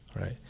right